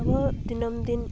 ᱟᱵᱚᱣᱟᱜ ᱫᱤᱱᱟᱹᱢ ᱫᱤᱱ